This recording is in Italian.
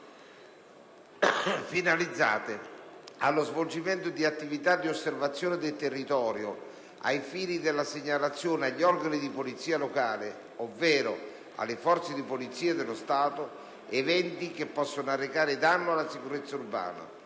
finalizzate allo svolgimento di attività di osservazione del territorio ai fini della segnalazione agli organi di polizia locale, ovvero alle forze di polizia dello Stato, eventi che possano arrecare danno alla sicurezza urbana